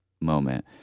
moment